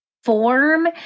form